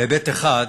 בהיבט אחד,